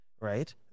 right